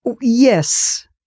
Yes